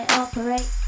operate